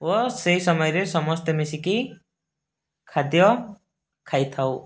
ଓ ସେଇ ସମୟରେ ସମସ୍ତେ ମିଶିକି ଖାଦ୍ୟ ଖାଇଥାଉ